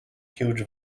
huge